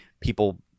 people